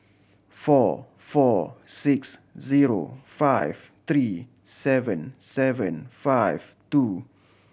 four four six zero five three seven seven five two